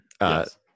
Yes